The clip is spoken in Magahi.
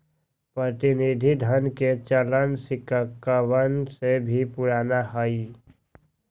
प्रतिनिधि धन के चलन सिक्कवन से भी पुराना हई